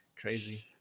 crazy